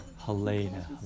Helena